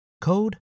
code